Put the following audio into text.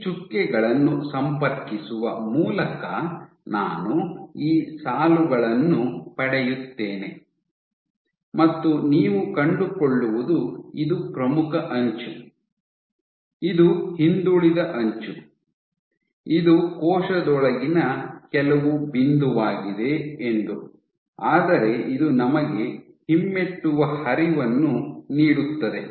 ಈ ಚುಕ್ಕೆಗಳನ್ನು ಸಂಪರ್ಕಿಸುವ ಮೂಲಕ ನಾನು ಈ ಸಾಲುಗಳನ್ನು ಪಡೆಯುತ್ತೇನೆ ಮತ್ತು ನೀವು ಕಂಡುಕೊಳ್ಳುವುದು ಇದು ಪ್ರಮುಖ ಅಂಚು ಇದು ಹಿಂದುಳಿದ ಅಂಚು ಇದು ಕೋಶದೊಳಗಿನ ಕೆಲವು ಬಿಂದುವಾಗಿದೆ ಎಂದು ಆದರೆ ಇದು ನಮಗೆ ಹಿಮ್ಮೆಟ್ಟುವ ಹರಿವನ್ನು ನೀಡುತ್ತದೆ